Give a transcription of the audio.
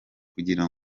kugira